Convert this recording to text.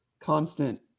constant